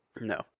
No